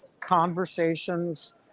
conversations